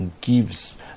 gives